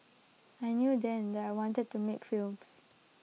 I knew then that I wanted to make films